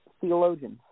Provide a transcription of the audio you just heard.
theologians